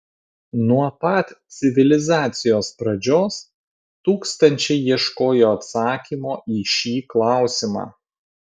nuo pat civilizacijos pradžios tūkstančiai ieškojo atsakymo į šį klausimą